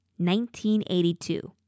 1982